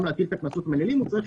גם להטיל את הקנסות המנהליים הוא צריך